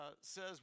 says